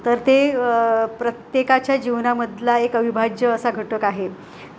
तर ते प्रत्येकाच्या जीवनामधला एक अविभाज्य असा घटक आहे